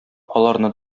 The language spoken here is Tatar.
аларны